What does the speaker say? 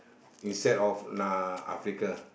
instead of uh Africa